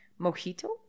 Mojito